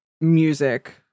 music